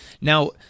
Now